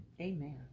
Amen